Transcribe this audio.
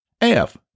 F